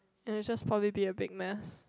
and it'll just probably be a big mess